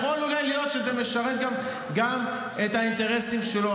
אתה יודע --- יכול אולי להיות שזה משרת גם את האינטרסים שלו.